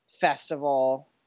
Festival